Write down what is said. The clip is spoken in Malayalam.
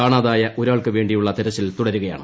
കാണാതായ ഒരാൾക്ക് വേണ്ടിയുള്ള തെരച്ചിൽ തുടരുകയാണ്